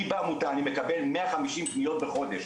אצלי בעמותה אני מקבל 150 פניות בחודש,